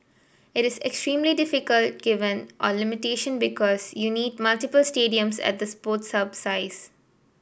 it is extremely difficult given our limitation because you need multiple stadiums at the Sports Hub size